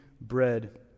bread